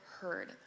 heard